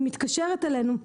היא מתקשרת אלינו,